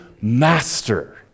master